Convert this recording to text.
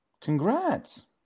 Congrats